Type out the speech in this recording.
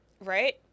Right